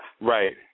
Right